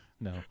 No